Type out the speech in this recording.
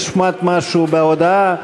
נשמט משהו בהודעה.